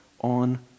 on